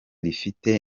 rifite